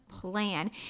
Plan